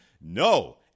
No